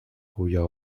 cuya